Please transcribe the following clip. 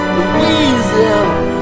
Louisiana